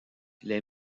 les